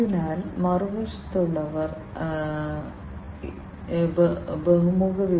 അതിനാൽ ഇവയെല്ലാം വ്യവസായ ഗ്രേഡ് സെൻസറുകളാണ്